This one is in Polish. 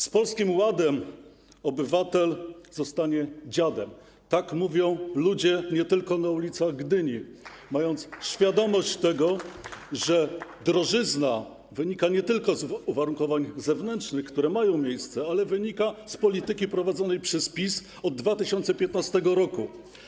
Z Polskim Ładem obywatel zostanie dziadem - tak mówią ludzie nie tylko na ulicach Gdyni, mając świadomość tego, że drożyzna wynika nie tylko z uwarunkowań zewnętrznych, które mają miejsce, ale wynika też z polityki prowadzonej przez PiS od 2015 r.